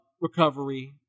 Recovery